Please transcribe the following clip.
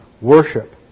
worship